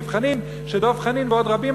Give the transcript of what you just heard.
מבחנים שדב חנין ועוד רבים,